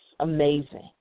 amazing